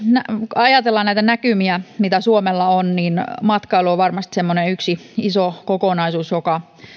ajatellaan näitä näkymiä mitä suomella on niin matkailu on varmasti semmoinen yksi iso kokonaisuus joka